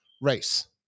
race